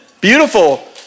Beautiful